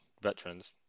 veterans